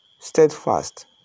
steadfast